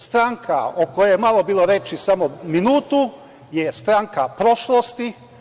Stranka o kojoj malo bilo reči, samo minutu, je stranka prošlosti.